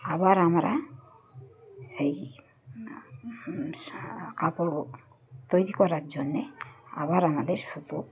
আবার আমরা সেই কাপড় তৈরি করার জন্যে আবার আমাদের সুধু